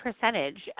percentage